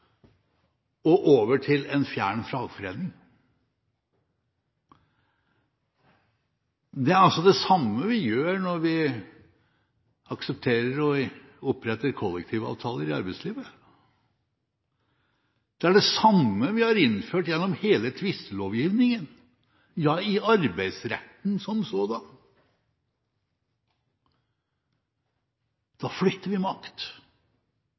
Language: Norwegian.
og over til en fjern fagforening. Det er det samme vi gjør når vi aksepterer å opprette kollektivavtaler i arbeidslivet. Det er det samme vi har innført gjennom hele tvistelovgivningen – ja i arbeidsretten som sådan. Da flytter vi makt